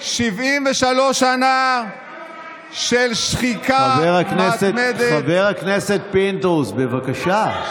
73 שנה של שחיקה מתמדת, חבר הכנסת פינדרוס, בבקשה.